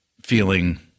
feeling